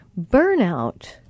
Burnout